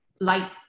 light